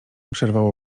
przerwało